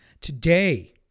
Today